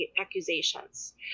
accusations